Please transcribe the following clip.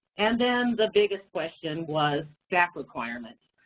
and then the biggest question was, staff requirement.